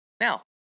Now